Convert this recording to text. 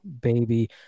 baby